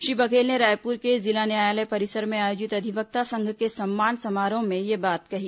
श्री बघेल ने रायपुर के जिला न्यायालय परिसर में आयोजित अधिवक्ता संघ के सम्मान समारोह में यह बात कही